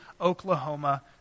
Oklahoma